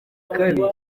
kabiri